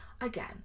Again